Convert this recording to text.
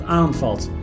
aanvalt